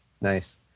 nice